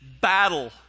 battle